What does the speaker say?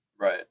right